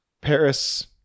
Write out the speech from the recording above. Paris